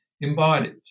embodied